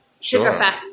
sugarfacts